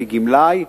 כגמלאי,